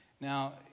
Now